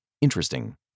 interesting